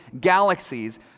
galaxies